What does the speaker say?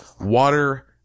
water